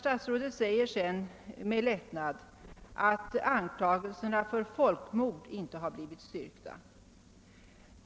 Sedan sade herr utrikesministern med lättnad att anklagelserna för folkmord inte har blivit styrkta.